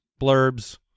blurbs